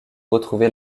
retrouver